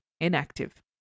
inactive